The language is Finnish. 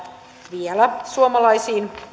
vielä suomalaisiin